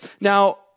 Now